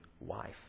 wife